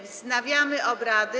Wznawiam obrady.